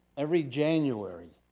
every january